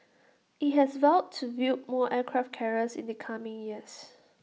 IT has vowed to build more aircraft carriers in the coming years